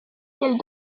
celle